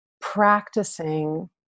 practicing